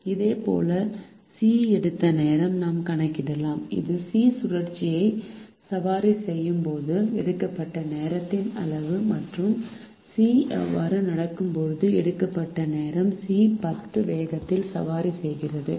இதேபோல் C எடுத்த நேரத்தை நாம் கணக்கிடலாம் இது C சுழற்சியை சவாரி செய்யும் போது எடுக்கப்பட்ட நேரத்தின் அளவு மற்றும் C அவ்வாறு நடக்கும்போது எடுக்கப்பட்ட நேரம் C 10 வேகத்தில் சவாரி செய்கிறது